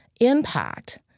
Impact